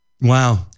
Wow